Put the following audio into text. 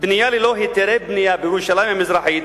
בירושלים המזרחית,